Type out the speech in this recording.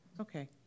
Okay